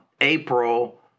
april